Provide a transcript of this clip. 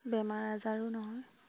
বেমাৰ আজাৰো নহয়